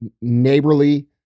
neighborly